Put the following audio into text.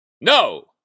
No